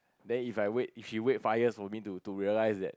then if I wait if she wait five years for me to to realise that